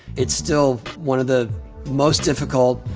it's still one of the most difficult,